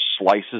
slices